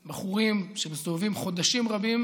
בחורים, שמסתובבים חודשים רבים